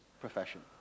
profession